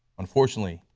unfortunately,